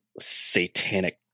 satanic